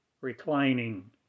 reclining